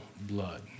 blood